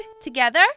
Together